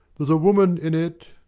there's a woman in it.